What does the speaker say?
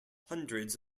hundreds